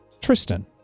Tristan